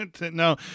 No